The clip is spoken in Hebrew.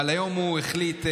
אבל היום הוא החליט,